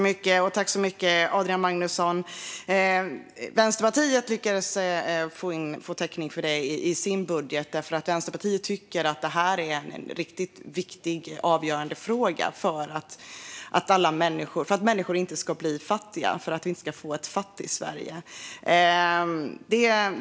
Fru talman! Vänsterpartiet tycker sig få täckning för det i sin budget, eftersom Vänsterpartiet tycker att det här är en riktigt viktig och avgörande fråga för att människor inte ska bli fattiga och för att vi inte ska få ett Fattigsverige.